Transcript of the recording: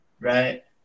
Right